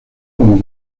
como